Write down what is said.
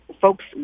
folks